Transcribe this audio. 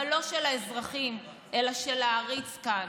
אבל לא של האזרחים, אלא של העריץ כאן.